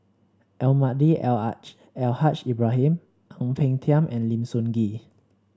Almahdi Al Al Haj Ibrahim Ang Peng Tiam and Lim Sun Gee